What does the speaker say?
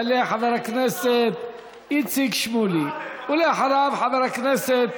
יעלה חבר הכנסת איציק שמולי, ואחריו, חבר הכנסת